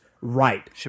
right